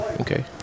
Okay